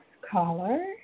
caller